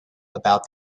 about